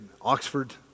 Oxford